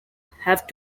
have